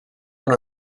one